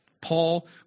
Paul